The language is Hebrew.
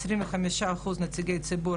25% נציגי ציבור,